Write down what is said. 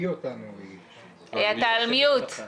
אתה על מיוט.